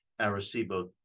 Arecibo